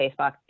Facebook